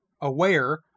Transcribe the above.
aware